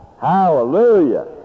Hallelujah